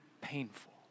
painful